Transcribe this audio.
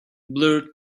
blurred